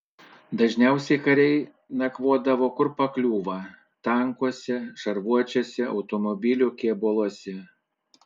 dažniausiai kariai nakvodavo kur pakliūva tankuose šarvuočiuose automobilių kėbuluose